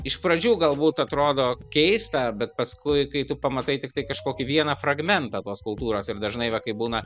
iš pradžių galbūt atrodo keista bet paskui kai tu pamatai tiktai kažkokį vieną fragmentą tos kultūros ir dažnai va kai būna